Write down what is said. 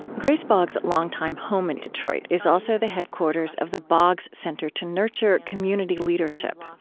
grace boggs' longtime home in detroit is also the headquarters of the boggs center to nurture community leadership.